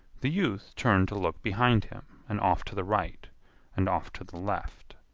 the youth turned to look behind him and off to the right and off to the left.